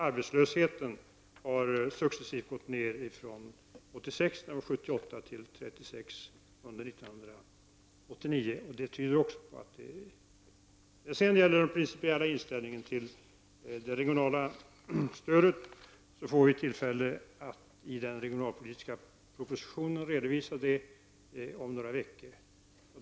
Arbetslösheten har successivt gått ner från 76 arbetslösa 1986 till 36 under 1989. Också det tyder på en förbättring. När det sedan gäller den principiella inställningen till det regionala stödet får vi tillfälle att redovisa detta i den regionalpolitiska propositionen om några veckor.